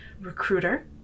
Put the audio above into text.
recruiter